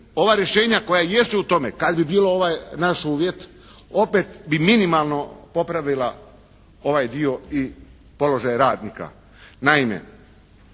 ova rješenja koja jesu u tome kad bi bio ovaj naš uvjet, opet bi minimalno popravila ovaj dio i položaj radnika. Naime,